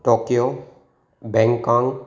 Tokyo Bangkok